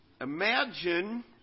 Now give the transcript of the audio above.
imagine